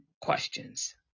questions